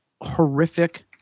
horrific